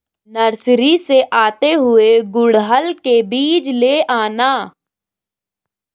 nursery से आते हुए गुड़हल के बीज ले आना